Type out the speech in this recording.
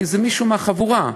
כי זה מישהו מהחבורה,